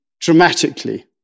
dramatically